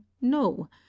no